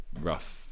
rough